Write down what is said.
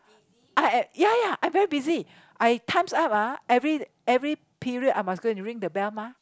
uh ya ya I very busy I times up ah every every period I must go and ring the bell mah